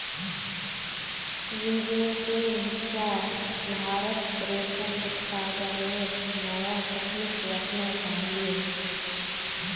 विदेशेर हिस्सा भारतत रेशम उत्पादनेर नया तकनीक वसना चाहिए